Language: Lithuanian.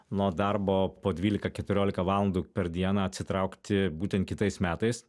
nuo darbo po dvylika keturiolika valandų per dieną atsitraukti būtent kitais metais